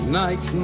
night